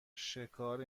شکار